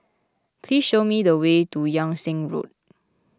please show me the way to Yung Sheng Road